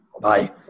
bye